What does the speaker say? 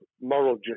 moral